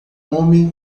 homem